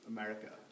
America